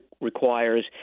requires